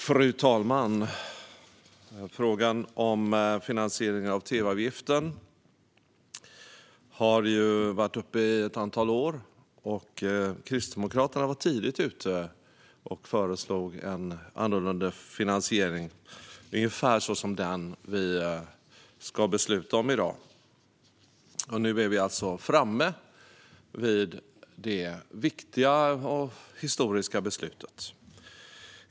Fru talman! Frågan om finansiering av tv-avgiften har varit uppe i ett antal år. Kristdemokraterna var tidigt ute och föreslog en annorlunda finansiering, ungefär som den vi ska besluta om i dag. Nu är vi alltså framme vid det viktiga och historiska beslutet.